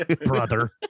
brother